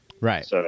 Right